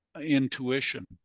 intuition